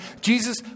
Jesus